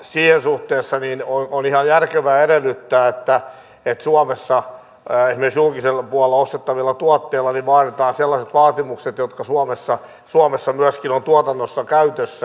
siinä suhteessa on ihan järkevää edellyttää että suomessa esimerkiksi julkiselle puolelle ostettavilta tuotteilta vaaditaan sellaiset vaatimukset jotka suomessa ovat myöskin tuotannossa käytössä